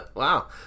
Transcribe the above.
wow